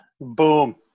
boom